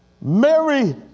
Mary